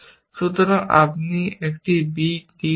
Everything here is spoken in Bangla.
সুতরাং আপনি একটি b d পাবেন